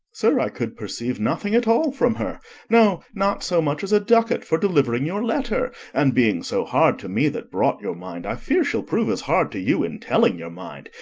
sir, i could perceive nothing at all from her no, not so much as a ducat for delivering your letter and being so hard to me that brought your mind, i fear she'll prove as hard to you in telling your mind.